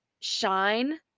shine